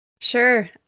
Sure